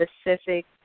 specific